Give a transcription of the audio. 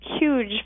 huge